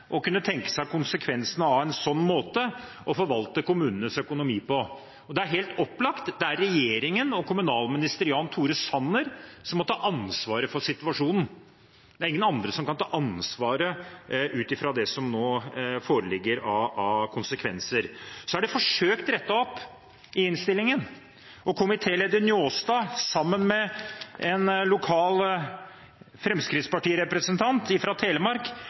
å kunne tenke seg konsekvensene av en sånn måte å forvalte kommunenes økonomi på. Det er helt opplagt regjeringen og kommunalminister Jan Tore Sanner som må ta ansvaret for situasjonen. Ingen andre kan ta ansvaret ut fra det som nå foreligger av konsekvenser. Det er forsøkt rettet opp i innstillingen, og komitéleder Njåstad sammen med en lokal fremskrittspartirepresentant fra Telemark